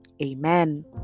Amen